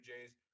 Jays